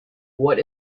what